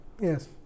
yes